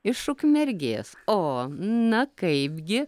iš ukmergės o na kaipgi